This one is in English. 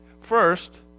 First